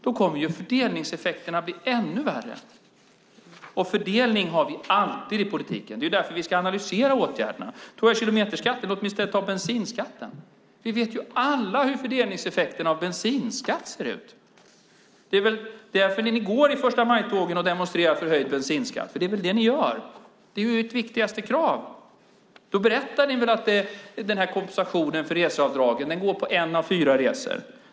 Då kommer fördelningseffekterna att bli ännu värre. Fördelning har vi alltid i politiken. Det är därför vi ska analysera åtgärderna. Det var fråga om kilometerskatten. Låt mig i stället ta upp bensinskatten. Vi vet alla hur fördelningseffekterna av bensinskatt ser ut. Det är väl därför ni går i förstamajtågen och demonstrerar för höjd bensinskatt. Det är väl det ni gör. Det är ert viktigaste krav. Då berättar ni väl att kompensationen för reseavdragen täcker en av fyra resor?